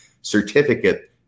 certificate